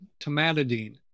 tomatidine